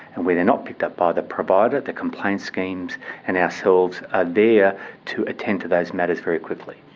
and where they're not picked up by the provider, the complaints scheme and ourselves are there to attend to these matters very quickly.